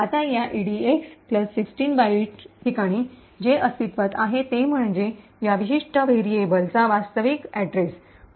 आता या EDX plus १६ byte ठिकाणी जे अस्तित्वात आहे ते म्हणजे या विशिष्ट व्हेरिएबलचा वास्तविक पत्ता